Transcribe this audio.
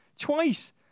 Twice